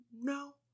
no